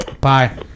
Bye